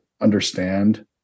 understand